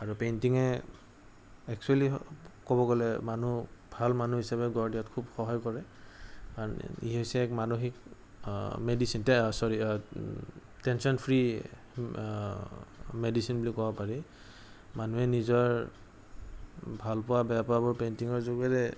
আৰু পেইণ্টিঙে একচ্যুৱেলি ক'ব গ'লে মানুহ ভাল মানুহ হিচাপে গঢ় দিয়াত খুব সহায় কৰে কাৰণ ই হৈছে এক এক মানসিক medicine sorry tension free medicine বুলি ক'ব পাৰি মানুহে নিজৰ ভালপোৱা বেয়া পোৱাবোৰ পেইণ্টিইংৰ যোগেৰে